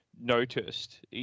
noticed